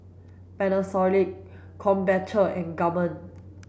Panasonic Krombacher and Gourmet